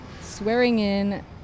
swearing-in